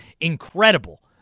incredible